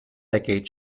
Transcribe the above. gate